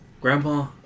Grandpa